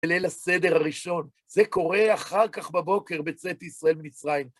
ליל הסדר הראשון, זה קורה אחר כך בבוקר בצאת ישראל ממצרים.